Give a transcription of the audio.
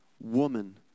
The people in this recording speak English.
Woman